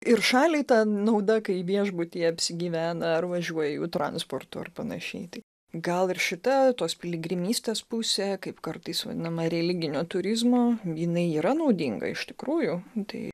ir šaliai ta nauda kai viešbutyje apsigyvena ar važiuoja jų transportu ir panašiai tai gal ir šita tos piligrimystės pusė kaip kartais vadinama religinio turizmo jinai yra naudinga iš tikrųjų tai